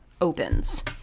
opens